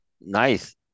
Nice